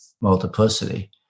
multiplicity